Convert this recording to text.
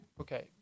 okay